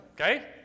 Okay